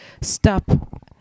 Stop